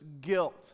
guilt